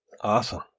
Awesome